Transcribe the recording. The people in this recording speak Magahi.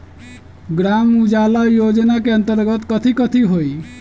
ग्राम उजाला योजना के अंतर्गत कथी कथी होई?